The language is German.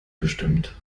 bestimmt